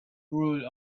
rule